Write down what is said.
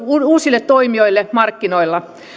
uusille toimijoille markkinoilla